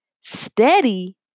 Steady